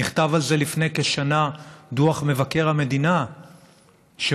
נכתב על זה לפני כשנה דוח מבקר המדינה שאומר: